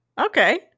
Okay